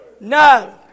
No